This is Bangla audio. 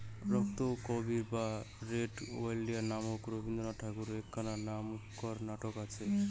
রক্তকরবী বা রেড ওলিয়েন্ডার নামক রবীন্দ্রনাথ ঠাকুরের এ্যাকনা নামেক্কার নাটক আচে